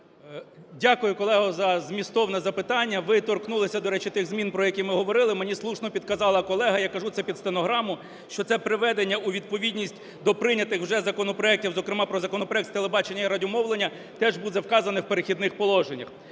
Дякую, колега, за змістовне запитання. Ви торкнулися, до речі, тих змін, про які ми говорили. Мені слушно підказала колега, я кажу це під стенограму, що це приведення у відповідність до прийнятих вже законопроектів, зокрема про законопроект з телебачення і радіомовлення, теж буде вказане в "Перехідних положеннях".